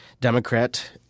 Democrat